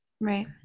Right